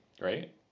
Right